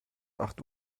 acht